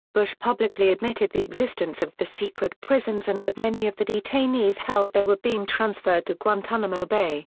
bush publicly admitted the existence of the secret prisons and that many of the detainees held there were being transferred to guantanamo bay.